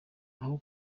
aho